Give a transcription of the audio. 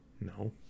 No